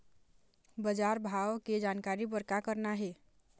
बजार भाव के जानकारी बर का करना हे?